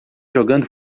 jogando